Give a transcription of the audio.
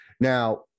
now